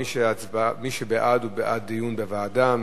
מי שבעד, הוא בעד דיון בוועדה.